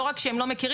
לא רק שהם לא מכירים,